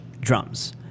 drums